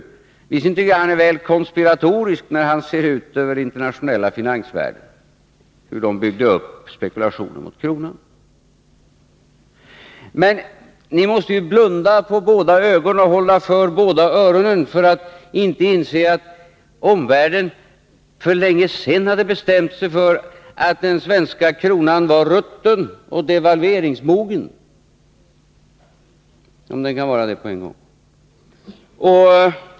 Visserligen tycker jag att han är väl konspiratorisk när han ser ut över den internationella finansvärlden och talar om hur man där byggde upp spekulationen mot kronan, men ni måste ju blunda på båda ögonen och hålla för båda öronen för att inte inse att omvärlden för länge sedan hade bestämt sig för att den svenska kronan var rutten och devalveringsmogen, om den kan vara det på en gång.